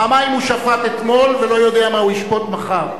פעמיים הוא שפט אתמול ולא יודע מה הוא ישפוט מחר.